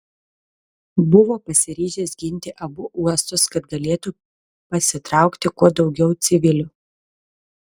buvo pasiryžęs ginti abu uostus kad galėtų pasitraukti kuo daugiau civilių